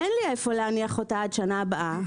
אין לי היכן להניח אותה עד שנה הבאה.